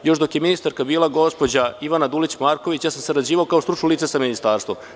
Još dok je ministarka bila gospođa Ivana Dulić Marković, ja sam sarađivao kao stručno lice sa Ministarstvom.